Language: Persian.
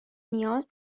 نیاز